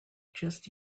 just